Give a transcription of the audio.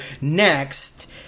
next